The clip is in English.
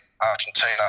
Argentina